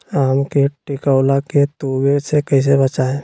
आम के टिकोला के तुवे से कैसे बचाई?